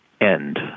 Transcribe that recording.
end